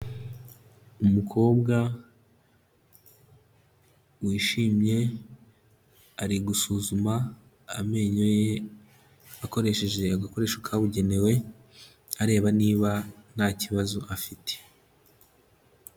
Umukobwa wishimye ari gusuzuma amenyo ye, akoresheje agakoresho kabugenewe, areba niba nta kibazo afite.